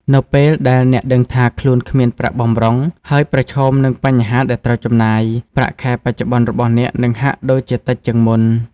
នៅពេលដែលអ្នកដឹងថាខ្លួនគ្មានប្រាក់បម្រុង ហើយប្រឈមនឹងបញ្ហាដែលត្រូវចំណាយ ប្រាក់ខែបច្ចុប្បន្នរបស់អ្នកនឹងហាក់ដូចជាតិចជាងមុន។